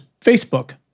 Facebook